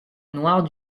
noire